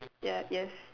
ya yes